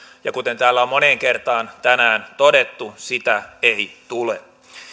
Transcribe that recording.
kuten täällä on moneen kertaan tänään todettu sitä ei tule